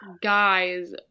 guys